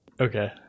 Okay